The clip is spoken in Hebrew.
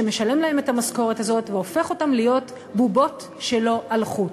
שמשלם להם את המשכורת הזאת והופך אותם להיות בובות שלו על חוט.